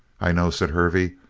i know, said hervey.